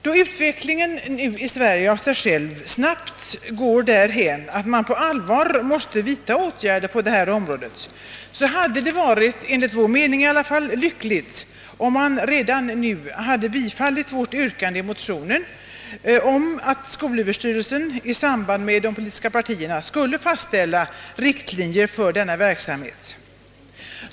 Då utvecklingen i Sverige av sig själv snabbt går därhän att man på allvar måste vidta åtgärder på detta område, hade det, i varje fall enligt vår mening, varit lyckligt, om riksdagen redan nu hade bifallit vårt yrkande i motionen om att skolöverstyrelsen i samarbete med de politiska partierna skulle fastställa riktlinjer för verksamheten.